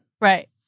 right